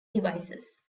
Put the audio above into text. devices